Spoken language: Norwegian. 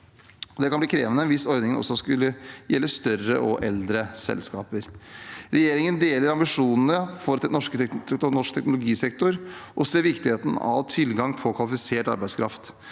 Det kan bli krevende hvis ordningen også skulle gjelde større og eldre selskaper. Regjeringen deler ambisjonene for norsk teknologisektor og ser viktigheten av tilgang på kvalifisert arbeidskraft.